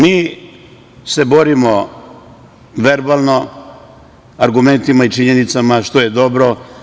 Mi se borimo verbalno, argumentima i činjenicama, što je dobro.